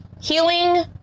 healing